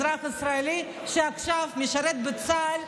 אזרח ישראלי שעכשיו משרת בצה"ל,